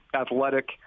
athletic